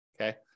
okay